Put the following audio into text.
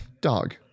Dog